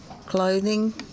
clothing